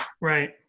Right